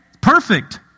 perfect